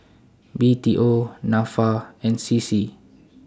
B T O Nafa and C C